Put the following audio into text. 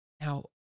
Now